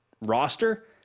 roster